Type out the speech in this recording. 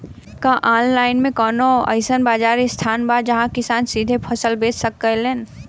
का आनलाइन मे कौनो अइसन बाजार स्थान बा जहाँ किसान सीधा फसल बेच सकेलन?